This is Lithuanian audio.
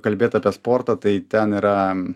kalbėt apie sportą tai ten yra